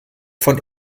von